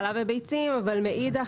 חלב וביצים אבל מאידך,